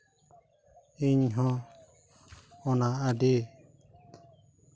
ᱤᱧᱦᱚᱸ ᱚᱱᱟ ᱟᱹᱰᱤ